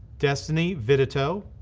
destiny vitato,